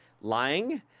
lying